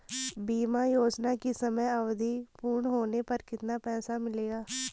बीमा योजना की समयावधि पूर्ण होने पर कितना पैसा मिलेगा?